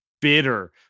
bitter